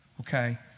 okay